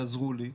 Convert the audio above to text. תעזרו לי,